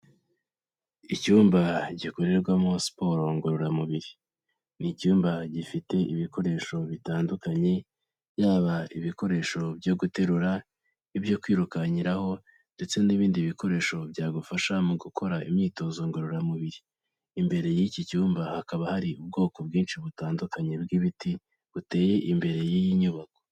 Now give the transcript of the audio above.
Icyumba gikorerwamo siporo ngororamubiri, ni icyumba gifite ibikoresho bitandukanye, yaba ibikoresho byo guterura, ibyo kwirukankiraraho, ndetse n'ibindi bikoresho byagufasha mu gukora imyitozo ngororamubiri, imbere y'iki cyumba hakaba hari ubwoko bwinshi butandukanye bw'ibiti, buteye imbere y'iyi nyubako.